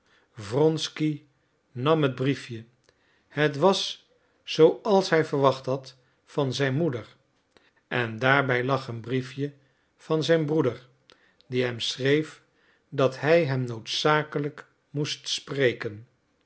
wronsky nam het briefje het was zooals hij verwacht had van zijn moeder en daarbij lag een briefje van zijn broeder die hem schreef dat hij hem noodzakelijk moest spreken